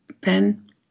pen